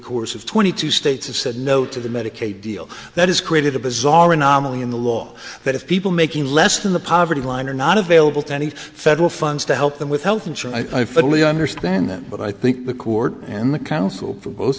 course of twenty two states have said no to the medicaid deal that has created a bizarre anomaly in the law that if people making less than the poverty line are not available to any federal funds to help them with health insurer i fully understand that but i think the court and the counsel for both